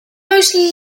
mostly